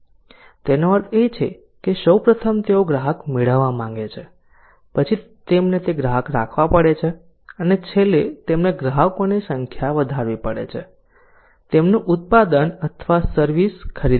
તેનો અર્થ એ છે કે સૌ પ્રથમ તેઓ ગ્રાહક મેળવવા માંગે છે પછી તેમને તે ગ્રાહક રાખવા પડે છે અને છેલ્લે તેમને ગ્રાહકોની સંખ્યા વધારવી પડે છે તેમનું ઉત્પાદન અથવા સર્વિસ ખરીદો